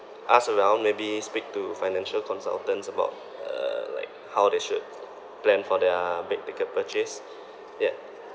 ask around maybe speak to financial consultants about uh like how they should plan for their big ticket purchase yeah